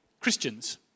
Christians